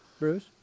Bruce